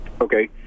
Okay